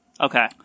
Okay